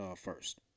first